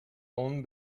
own